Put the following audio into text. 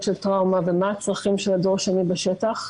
של טראומה ומה הצרכים של הדור השני בשטח.